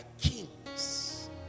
kings